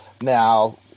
Now